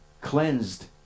cleansed